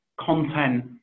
content